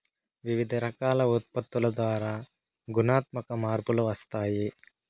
వివిధ రకాల ఉత్పత్తుల ద్వారా గుణాత్మక మార్పులు వస్తాయి